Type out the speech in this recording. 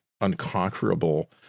unconquerable